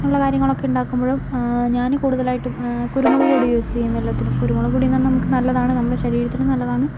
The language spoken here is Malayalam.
അങ്ങനെയുള്ള കാര്യങ്ങളൊക്കെ ഉണ്ടാക്കുമ്പോഴും ഞാൻ കൂടുതലായിട്ടും കുരുമുളക് പൊടി യൂസ് ചെയ്യും എല്ലാത്തിനും കുരുമുളക് പൊടിയെന്നു പറഞ്ഞാൽ നമുക്ക് നല്ലതാണ് നമ്മുടെ ശരീരത്തിനും നല്ലതാണ്